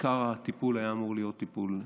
עיקר הטיפול היה אמור להיות טיפול רווחתי.